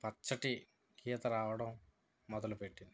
పచ్చటి గీత రావడం మొదలు పెట్టింది